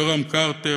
יורם קרטר,